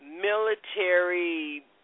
military